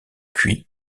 cuits